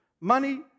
money